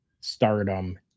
stardom